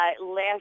Last